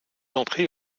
entrée